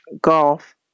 golf